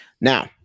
Now